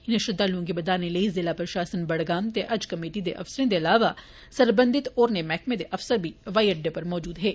इनें श्रद्धालुएं गी बरदाने लेई जिला प्रशासन बडगाम ते हज कमेटी दे अफसरें दे इलावा सरबंधित होरनें मैहकमें दे अफसर बी व्हाई अड्डे पर मजूद हे